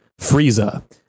Frieza